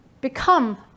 become